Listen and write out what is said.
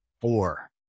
four